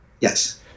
yes